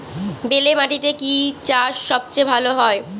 বেলে মাটিতে কি চাষ সবচেয়ে ভালো হয়?